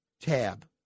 tab